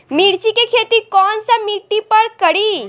मिर्ची के खेती कौन सा मिट्टी पर करी?